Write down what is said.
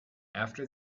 after